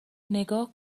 نگاه